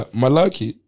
malaki